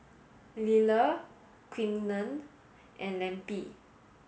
Liller Quinten and Lempi